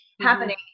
happening